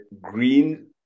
green